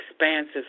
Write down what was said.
expansive